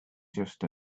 just